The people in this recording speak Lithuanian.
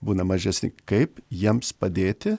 būna mažesni kaip jiems padėti